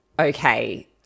okay